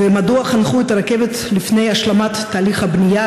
ומדוע חנכו את הרכבת לפני השלמת תהליך הבנייה,